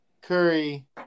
Curry